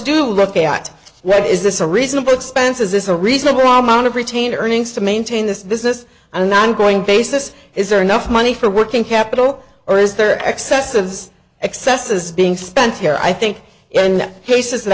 do look at that is this a reasonable expenses is a reasonable amount of retained earnings to maintain this business and i'm going basis is there enough money for working capital or is there excess of excess is being spent here i think when cases that